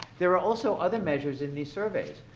there are also other measures in these surveys.